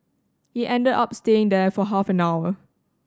he ended up staying there for half an hour